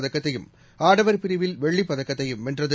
பதக்கத்தையும் ஆடவர் பிரிவில் வெள்ளிப் பதக்கத்தையும் வென்றது